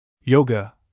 Yoga